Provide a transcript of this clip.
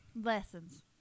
Lessons